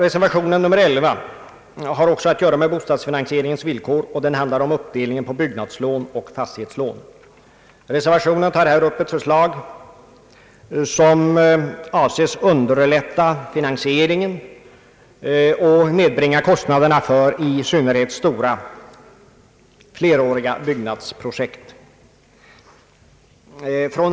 Reservation nr 11 har också att göra med = bostadsfinansieringens = villkor, och den handlar om uppdelningen på byggnadslån och fastighetslån. Reservationen tar upp ett förslag som avses underlätta finansieringen och nedbringa kostnaderna för i synnerhet stora fleråriga byggnadsprojekt.